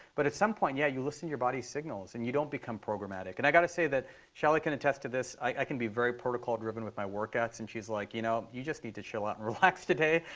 but at some point, yeah, you listen your body's signals, and you don't become programmatic. and i've got to say that shally can attest to this. i can be very protocol-driven with my workouts. and she's like, you know, you just need to chill out and relax today.